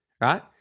right